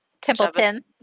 templeton